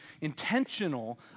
intentional